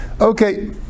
Okay